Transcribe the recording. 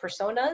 personas